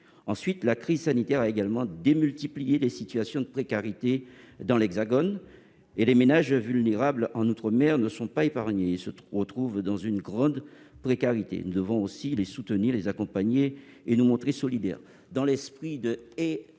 La crise sanitaire a également démultiplié les situations de précarité dans l'Hexagone. Les ménages vulnérables en outre-mer ne sont pas épargnés. Ils se retrouvent dans une grande précarité. Nous devons aussi les soutenir, les accompagner et nous montrer solidaires, dans l'esprit du « et